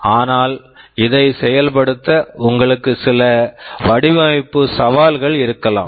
ஆனால் இதை செயல்படுத்த உங்களுக்கு சில வடிவமைப்பு சவால்கள் இருக்கலாம்